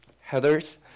Heather's